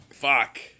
Fuck